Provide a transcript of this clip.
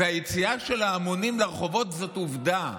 היציאה של ההמונים לרחובות זאת עובדה.